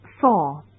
Four